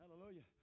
Hallelujah